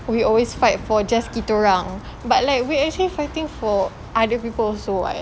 we always fight for just kita orang but like we actually fighting for other people also [what]